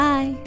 Bye